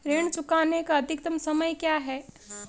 ऋण चुकाने का अधिकतम समय क्या है?